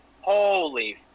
Holy